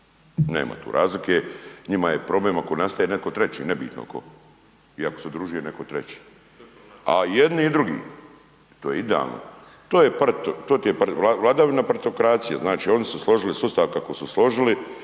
nema tu razlike. Njima je problem ako nastaje neko treći nebitno ko i ako se udružuje neko treći. A jedni i drugi, to je idealno. To ti je vladavina partitokracije, znači oni su složili sustav kako su složili